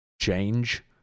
change